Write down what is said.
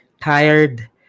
tired